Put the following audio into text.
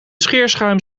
scheerschuim